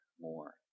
more